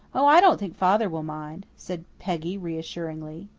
oh, i don't think father will mind, said peggy reassuringly.